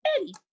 eddie